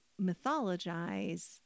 mythologize